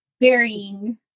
varying